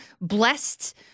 blessed